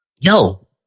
yo